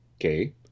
okay